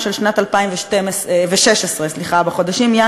של בעלי-החיים כל עוד הם בחיים לבין מה שאנחנו